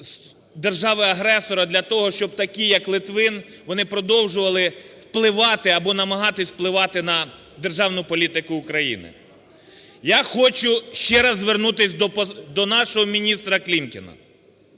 держави-агресора для того, щоб такі, як Литвин, вони продовжували впливати або намагатися впливати на державну політику України. Я хочу ще раз звернутись до нашого міністра Клімкіна.